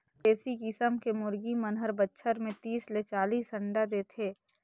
देसी किसम के मुरगी मन हर बच्छर में तीस ले चालीस अंडा देथे